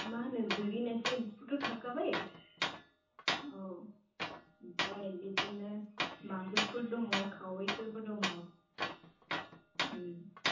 मा होनो गोरि नास्रायबोथ' थाखाबाय औ ओमफ्राय बिदिनो मागुरफोर दङ खावैफोरबो दङ